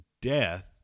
death